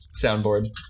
soundboard